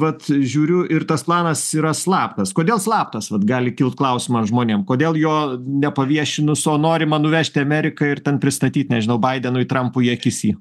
vat žiūriu ir tas planas yra slaptas kodėl slaptas gali kilt klausimas žmonėm kodėl jo nepaviešinus o norima nuvežt į ameriką ir ten pristatyt nežinau baidenui trampui į akis jį